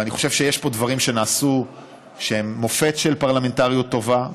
ואני חושב שיש פה דברים שנעשו שהם מופת של פרלמנטריות טובה,